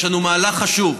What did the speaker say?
יש לנו מהלך חשוב,